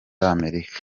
amerika